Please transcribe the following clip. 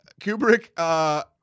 Kubrick